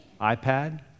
iPad